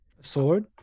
Sword